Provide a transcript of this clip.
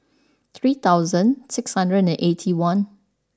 three thousand six hundred and eighty one